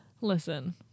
Listen